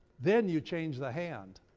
then you change the hand.